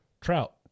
trout